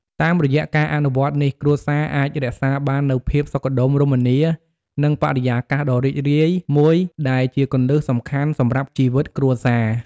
តាមរយៈការអនុវត្តនេះ គ្រួសារអាចរក្សាបាននូវភាពសុខដុមរមនា និងបរិយាកាសដ៏រីករាយមួយ ដែលជាគន្លឹះសំខាន់សម្រាប់ជីវិតគ្រួសារ។